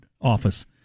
office